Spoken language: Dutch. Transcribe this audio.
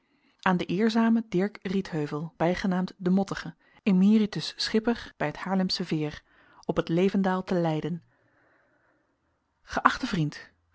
aan den eerzamen dirk rietheuvel bijgenaamd den mottige emeritus schipper bij het haarlemsche veer op het levendaal te leiden geachte vriend